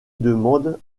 demande